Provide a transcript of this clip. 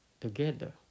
together